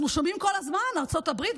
אנחנו שומעים כל הזמן: ארצות הברית,